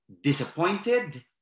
Disappointed